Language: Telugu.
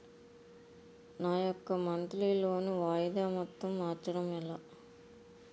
నా యెక్క మంత్లీ లోన్ వాయిదా మొత్తం మార్చడం ఎలా?